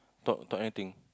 talk talk anything